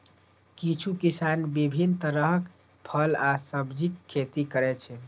किछु किसान विभिन्न तरहक फल आ सब्जीक खेती करै छै